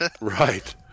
Right